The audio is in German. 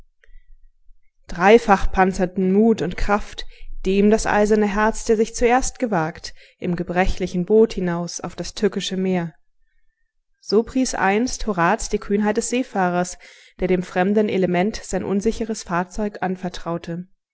dreifach panzerten mut und kraft dem das eiserne herz der sich zuerst gewagt im gebrechlichen boot hinaus auf das tückische meer so pries einst horaz die kühnheit des seefahrers der dem fremden element sein unsicheres fahrzeug anvertraute